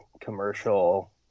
commercial